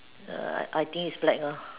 err I I think is black err